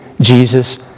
Jesus